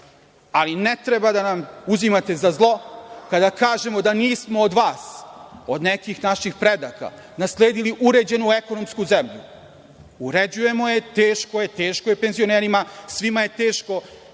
ali ne treba da nam uzimate za zlo kada kažemo da nismo od vas, od nekih naših predaka nasledili uređenu ekonomski zemlju. Uređujemo je, teško je, teško je penzionerima, svima je teško.